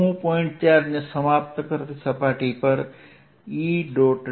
જો હું પોઇન્ટ ચાર્જને સમાપ્ત કરતી સપાટી પર E